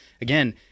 again